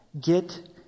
Get